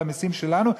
על המסים שלנו,